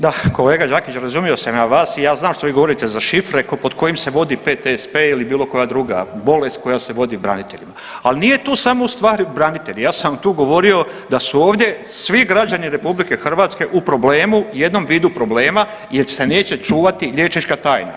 Da, kolega Đakiću razumio sam ja vas i ja znam što vi govorite za šifre pod kojim se vodi PTSP ili bilo koja druga bolest koja se vodi braniteljima, al nije tu samo u stvari branitelji, ja sam tu govorio da su ovdje svi građani RH u problemu, jednom vidu problema jer se neće čuvati liječnička tajna.